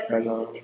ya lor